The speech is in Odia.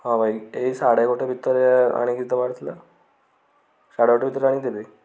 ହଁ ଭାଇ ଏଇ ସାଢ଼େ ଗୋଟେ ଭିତରେ ଆଣିକି ଦେବାର ଥିଲା ସାଢ଼େ ଗୋଟେ ଭିତରେ ଆଣିକି ଦେବେ